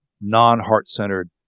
non-heart-centered